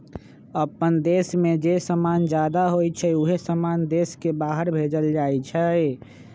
अप्पन देश में जे समान जादा होई छई उहे समान देश के बाहर भेजल जाई छई